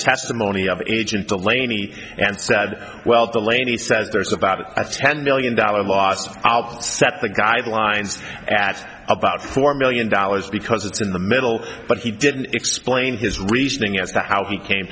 testimony of agent de laney and said well the lady says there's about ten million dollars last set the guidelines at about four million dollars because it's in the middle but he didn't explain his reasoning as to how he came